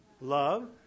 Love